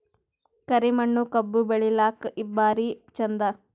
ಕರಿ ಮಣ್ಣು ಕಬ್ಬು ಬೆಳಿಲ್ಲಾಕ ಭಾರಿ ಚಂದ?